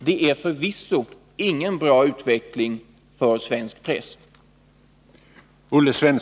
Det är förvisso ingen bra utveckling för svensk press.